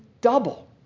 double